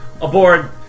aboard